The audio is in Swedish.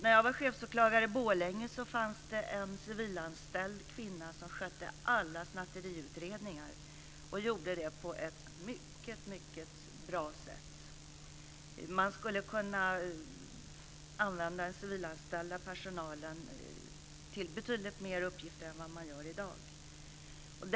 När jag var chefsåklagare i Borlänge fanns det en civilanställd kvinna som skötte alla snatteriutredningar. Det gjorde hon på ett mycket bra sätt. Man skulle kunna använda den civilanställda personalen till betydligt fler uppgifter än man gör i dag.